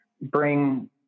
bring